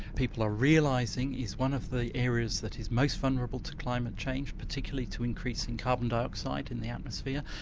people are realising, is one of the areas that is most vulnerable to climate change, particularly to increase in carbon dioxide in the atmosphere,